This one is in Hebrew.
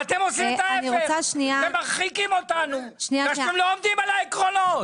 ואתם עושים את ההפך ומרחיקים אותנו ואתם לא עומדים על העקרונות.